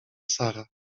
sara